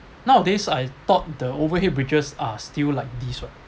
nowadays I thought the overhead bridges are still like this [what]